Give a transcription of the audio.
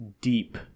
deep